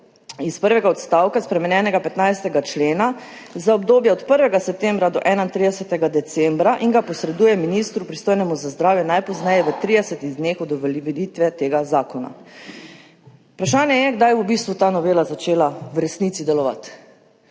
iz prvega odstavka spremenjenega 15. člena za obdobje od 1. septembra do 31. decembra in ga posreduje ministru, pristojnemu za zdravje, najpozneje v 30 dneh od uveljavitve tega zakona. Vprašanje je, kdaj bo v bistvu ta novela začela v resnici delovati.